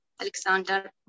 Alexander